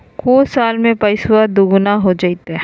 को साल में पैसबा दुगना हो जयते?